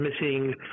missing